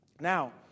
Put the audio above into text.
Now